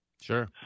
Sure